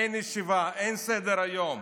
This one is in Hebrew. אין ישיבה, אין סדר-יום.